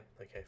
Okay